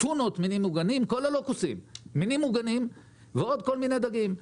הטונה הם מינים מוגנים ועוד כל מיני דגים.